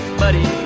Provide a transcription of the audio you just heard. buddy